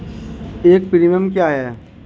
एक प्रीमियम क्या है?